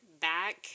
back